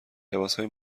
لباسهای